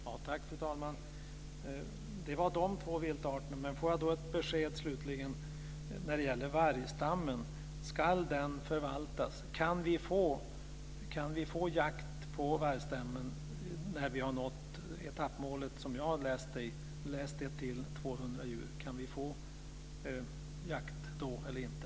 Fru talman! Det är vad som gäller för de två viltarterna. Kan jag då slutligen få ett besked om vargstammen? Ska den förvaltas? Kan vi få jakt på vargstammen när vi har nått etappmålet 200 djur, som jag läst det till? Kan vi få jakt då eller inte?